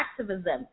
activism